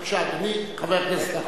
בבקשה, אדוני, חבר הכנסת אחמד טיבי.